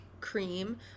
cream